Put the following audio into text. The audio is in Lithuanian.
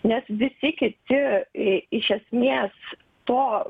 nes visi kiti iš esmės to